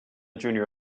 junior